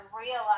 realize